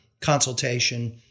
consultation